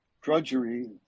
drudgery